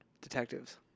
detectives